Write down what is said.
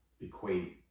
equate